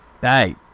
Hey